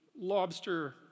Lobster